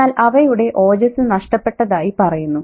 എന്നാൽ അവയുടെ ഓജസ് നഷ്ടപ്പെട്ടതായി പറയുന്നു